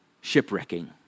shipwrecking